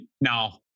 Now